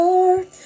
Lord